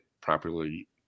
properly